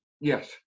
Yes